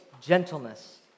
gentleness